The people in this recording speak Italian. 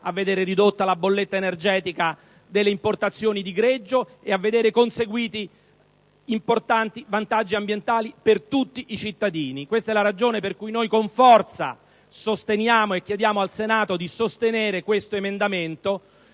a vedere ridotta la bolletta energetica delle importazioni di greggio e a vedere conseguiti importanti vantaggi ambientali per tutti i cittadini. Questa è la ragione per cui con forza sosteniamo, e chiediamo al Senato di sostenere, questo emendamento